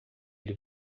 ele